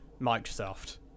Microsoft